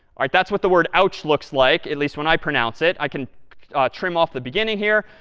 all right. that's what the word ouch looks like, at least when i pronounce it. i can trim off the beginning here.